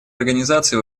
организаций